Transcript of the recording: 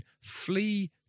flee